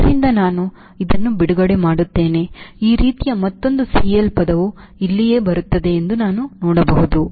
ಆದ್ದರಿಂದ ನಾನು ಇದನ್ನು ಬಿಡುಗಡೆ ಮಾಡುತ್ತೇನೆ ಈ ರೀತಿಯ ಮತ್ತೊಂದು CL ಪದವು ಇಲ್ಲಿಯೇ ಬರುತ್ತದೆ ಎಂದು ನಾನು ನೋಡಬಹುದು